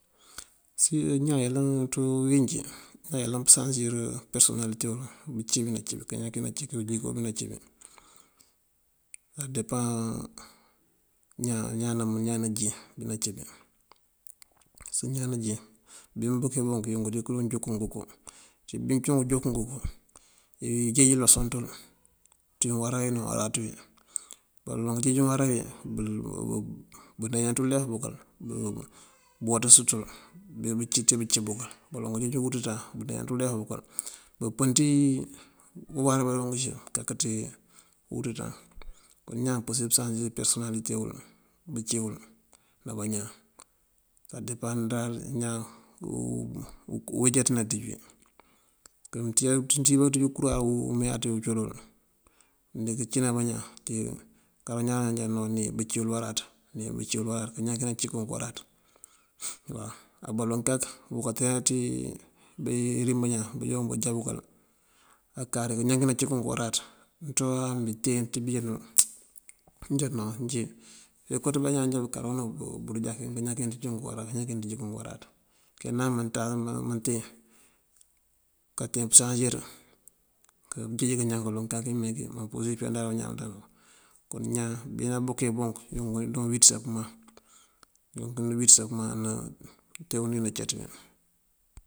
Sí ñaan yëlan, ţí uwínjí ñaan yëlan pësansir perësonalite wul, bëcí bí nací bí, kañan kí nací kí, uleko bí nací bí sá depaŋ ñaan najín bí nací bí. Parësëk ñaan najín bí mëbúken yunk dí ngujúk ngun ngëko. Bí cíyunk júk ngëko ijeej lësoŋ ţul, ţí uwará wí ne uwaráaţ wí. Baloŋ kajeej uwará wí buneejan ţí ulef bëkël buwaţës ţël bucít bucí buŋ. Baloŋ kajeej uwuţuţan buneejan ţí ulef bëkël, bëpën ţí uwará bajoonk cí bí kakëcí uwuţuţan. Kon ñaan apusir pësansir perësonalite bucí wul ná bañaan sá depandëraŋ ñaan uwejat wí naţíj wí. mëţíj bá këţíj unkuráar wí meeyaţa uncí wun mëdiŋ cí ná bañaan kar bañaan o bañaan bajá ní bucí wul waráaţ, ní bucí wul waráaţ kañan kí nací kí kunk waráaţ waw. Baloŋ kak buteen ţí bí rim bañaan buroon bujá bëkël kañan kí nací kí kunk waráaţ. Nuţoowáa nuteen ţí beenul nujá kuma njí ukoo ţí bañaan jábunk karu unú bujákin ngëjákin jiko ngun waráaţ, jiko ngun waráaţ kenam manteen, kanteen pusansir. Kajeeji kañan kuloŋ kakí mee kí mëmpusir kayandar ná bañaan bëmënţamun. Kon ñaan bí nabúke bunk yunk dundí dunwíiţësa bun, dundí dunwíiţësa buna unú wí nacat wun.